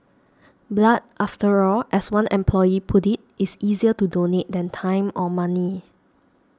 blood after all as one employee put it is easier to donate than time or money